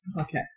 Okay